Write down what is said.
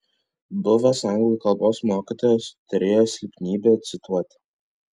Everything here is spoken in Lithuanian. buvęs anglų kalbos mokytojas turėjo silpnybę cituoti